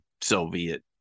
Soviet